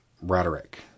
rhetoric